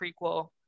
prequel